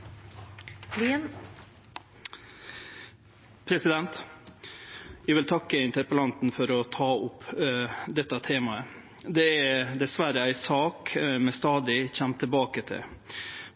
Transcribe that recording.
en fellesnevner blant dem som ender som ungdomskriminelle. Eg vil takke interpellanten for å ta opp dette temaet. Dette er diverre ei sak vi stadig kjem tilbake til,